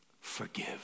forgive